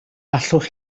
allwch